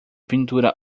pintura